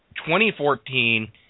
2014